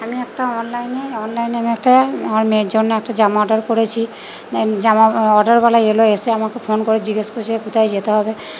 আমি একটা অনলাইনে অনলাইনে আমি একটা আমার মেয়ের জন্য একটা জামা অর্ডার করেছি জামা অর্ডারওয়ালা এলো এসে আমাকে ফোন করে জিজ্ঞেস করছে কোথায় যেতে হবে